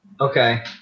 Okay